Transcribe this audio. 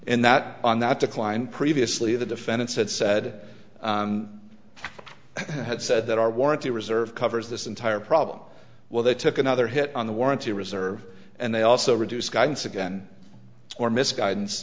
in that on that decline previously the defense had said had said that our warranty reserve covers this entire problem well they took another hit on the warranty reserve and they also reduced guidance again or misguidance